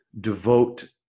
devote